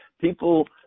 People